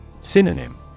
Synonym